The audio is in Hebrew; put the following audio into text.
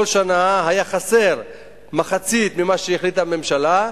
כל שנה היתה חסרה מחצית ממה שהחליטה הממשלה,